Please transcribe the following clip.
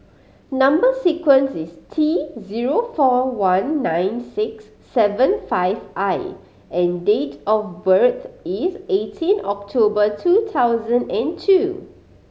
number sequence is T zero four one nine six seven five I and date of birth is eighteen October two thousand and two